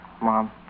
Mom